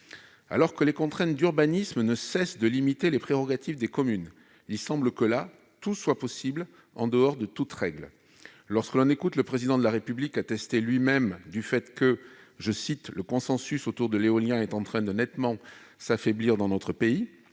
Alors que les contraintes d'urbanisme ne cessent de limiter les prérogatives des communes, il semble qu'en l'espèce tout soit possible, en dehors de toute règle ! À écouter le Président de la République attester lui-même que « le consensus autour de l'éolien est en train de nettement s'affaiblir dans notre pays ».